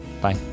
bye